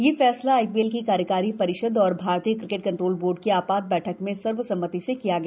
यह फैसला आईपीएल की कार्यकारी परिषद् और भारतीय क्रिकेट कंट्रोल बोर्ड की आपात बैठक में सर्वसम्मति से किया गया